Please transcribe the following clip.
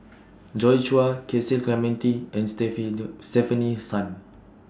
Joi Chua Cecil Clementi and Stefanie Sun